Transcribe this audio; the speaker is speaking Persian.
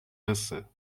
حسه